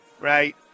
Right